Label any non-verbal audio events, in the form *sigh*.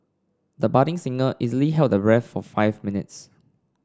the budding singer easily held the *unintelligible* of five minutes